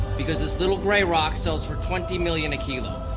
because this little gray rock sells for twenty million a kilo.